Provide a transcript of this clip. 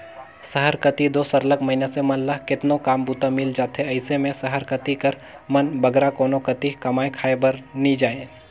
सहर कती दो सरलग मइनसे मन ल केतनो काम बूता मिल जाथे अइसे में सहर कती कर मन बगरा कोनो कती कमाए खाए बर नी जांए